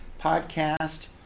podcast